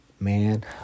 man